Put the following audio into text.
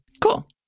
Cool